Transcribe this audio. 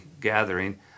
gathering